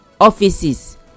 offices